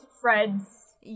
Fred's